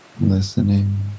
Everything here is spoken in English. Listening